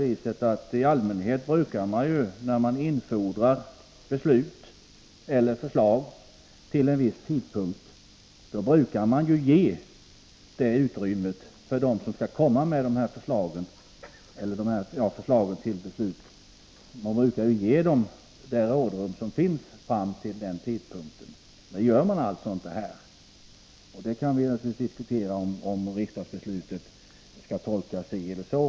I allmänhet brukar man ju när man infordrar förslag till en viss tidpunkt ge den som skall framlägga förslagen hela det tidsutrymmet som rådrum. Det gör man alltså inte här. Vi kan naturligtvis diskutera om riksdagsbeslutet skall tolkas si eller så.